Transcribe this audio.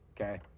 okay